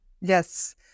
Yes